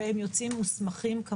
והם יוצאים מוסמכים.